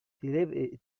television